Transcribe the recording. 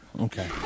Okay